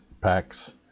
packs